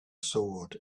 sword